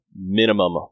minimum